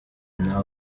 nta